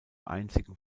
einzigen